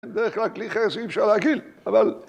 בדרך כלל כלי חרס אי אפשר להגעיל, אבל